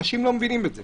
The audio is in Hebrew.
אנשים לא מבינים את זה.